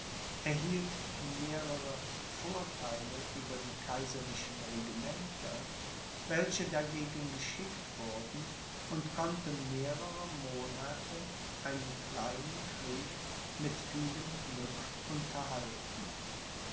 erhielt mehrere vortheile über die kaiserlichen regimenter welche dagegen geschickt wurden und konnte mehrere monate einen kleinen krieg mit vielem glück unterhalten